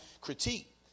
critique